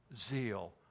zeal